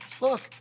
Look